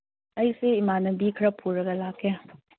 ꯑꯩꯁꯤ ꯏꯃꯥꯟꯅꯕꯤ ꯈꯔ ꯄꯨꯔꯒ ꯂꯥꯛꯀꯦ